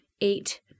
eight